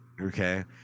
okay